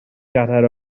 gadair